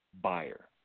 buyer